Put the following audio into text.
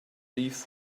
leave